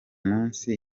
munsi